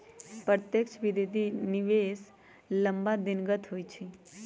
प्रत्यक्ष विदेशी निवेश लम्मा दिनगत होइ छइ